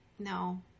No